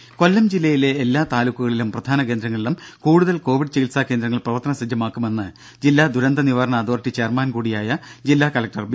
രുര കൊല്ലം ജില്ലയിലെ എല്ലാ താലൂക്കുകളിലും പ്രധാന കേന്ദ്രങ്ങളിലും കൂടുതൽ കോവിഡ് ചികിത്സാ കേന്ദ്രങ്ങൾ പ്രവർത്തന സജ്ജമാക്കുമെന്ന് ജില്ലാ ദുരന്ത നിവാരണ അതോറിറ്റി ചെയർമാൻ കൂടിയായ ജില്ലാ കലക്ടർ ബി